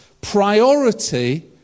priority